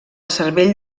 cervell